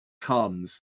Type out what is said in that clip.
comes